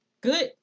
good